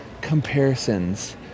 comparisons